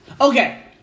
Okay